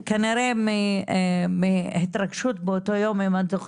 כנראה הדוקטרינה ששנים שלטה במדינה הזאת,